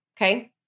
okay